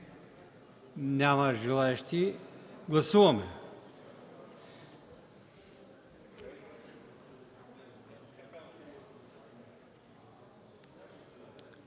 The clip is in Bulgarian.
Няма желаещи. Гласуваме